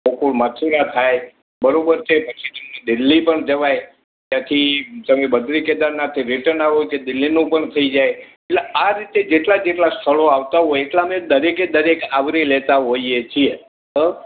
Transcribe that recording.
ગોકુળ મથુરા થાય બરાબર છે પછી દિલ્હી પણ જવાય ત્યાંથી તમે બદરી કેદારનાથ રિટર્ન આવવું હોય તો દિલ્હીનું પણ થઈ જાય એટલે આ રીતે જેટલાં જેટલાં સ્થળો આવતાં હોય એટલા અમે દરેકે દરેક આવરી લેતા હોઈએ છીએ